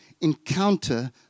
encounter